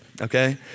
okay